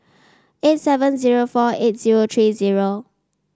eight seven zero four eight zero three zero